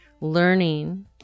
learning